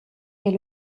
est